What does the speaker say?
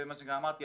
אמרתי,